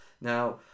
now